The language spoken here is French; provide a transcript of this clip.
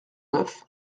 neuf